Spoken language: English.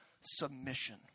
submission